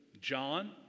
John